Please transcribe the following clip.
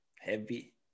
Heavy